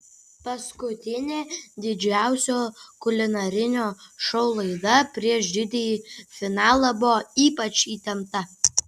paskutinė didžiausio kulinarinio šou laida prieš didįjį finalą buvo ypač įtempta